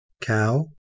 Cow